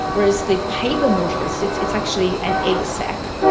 whereas the paper nautilus, it's it's actually an egg sac,